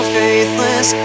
faithless